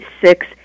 six